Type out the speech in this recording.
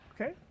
Okay